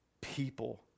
people